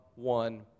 one